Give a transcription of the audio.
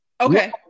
Okay